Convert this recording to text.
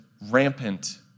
rampant